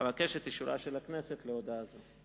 אבקש את אישורה של הכנסת להודעה זו.